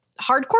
hardcore